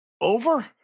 Over